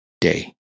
day